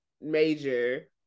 major